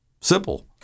Simple